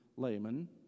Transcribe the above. layman